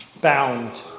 bound